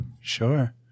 Sure